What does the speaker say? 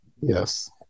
Yes